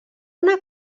una